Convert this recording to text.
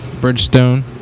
Bridgestone